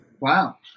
Wow